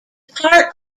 part